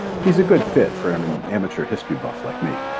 he's a good fit for um an amateur history buff like me.